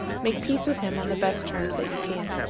make peace with him on the best terms that you can.